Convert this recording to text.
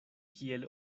kiel